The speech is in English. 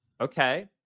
okay